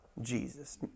Jesus